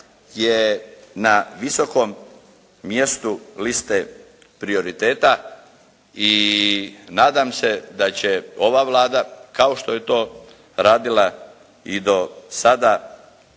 je na visokom mjestu liste prioriteta i nadam se da će ova Vlada kao što je to radila i do sada